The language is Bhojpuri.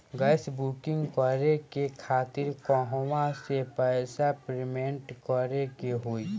गॅस बूकिंग करे के खातिर कहवा से पैसा पेमेंट करे के होई?